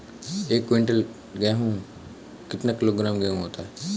एक क्विंटल में कितना किलोग्राम गेहूँ होता है?